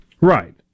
Right